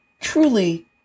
truly